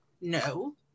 No